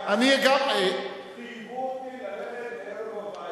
כשאני הייתי חייל חייבו אותי ללכת לערב הווי,